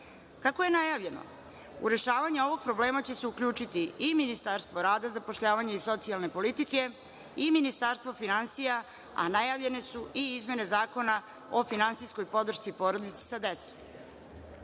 je najavljeno, u rešavanje ovog problema će se uključiti i Ministarstvo rada, zapošljavanja i socijalne politike i Ministarstvo finansija, a najavljene su i izmene Zakona o finansijskoj podršci porodici sa decom. Kako